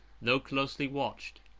though closely watched.